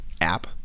app